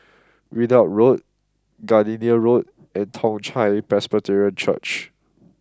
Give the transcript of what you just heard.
Ridout Road Gardenia Road and Toong Chai Presbyterian Church